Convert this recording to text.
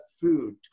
food